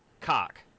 Cock